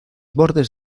bordes